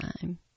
time